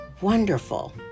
wonderful